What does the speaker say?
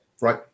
right